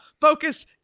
focus